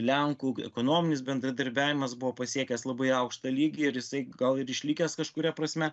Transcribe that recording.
lenkų ekonominis bendradarbiavimas buvo pasiekęs labai aukštą lygį ir jisai gal ir išlikęs kažkuria prasme